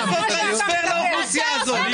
הם רצו לעשות טרנספר לאוכלוסייה הזאת.